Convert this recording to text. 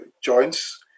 Joints